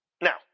Now